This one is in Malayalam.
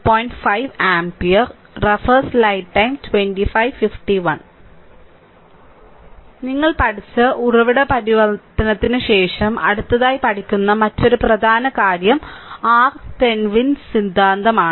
5 ആമ്പിയർ ഞങ്ങൾ പഠിച്ച ഉറവിട പരിവർത്തനത്തിന് ശേഷം അടുത്തതായി പഠിക്കുന്ന മറ്റൊരു പ്രധാന കാര്യം RThevenin's സിദ്ധാന്തമാണ്